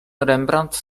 rembrandt